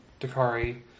Dakari